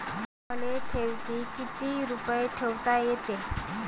मले ठेवीत किती रुपये ठुता येते?